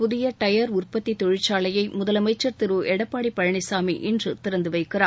புதிய டயர் உற்பத்தி தொழிற்சாலையை முதலமைச்சர் திரு எடப்பாடி பழனிசாமி இன்று திறந்து வைக்கிறார்